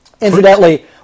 Incidentally